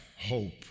hope